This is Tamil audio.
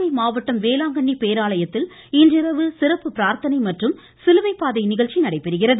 நாகை மாவட்டம் வேளாங்கண்ணி பேராலயத்தில் இன்றிரவு சிறப்பு பிரார்த்தனை மற்றும் சிலுவை பாதை நிகழ்ச்சி நடைபெறுகிறது